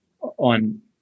on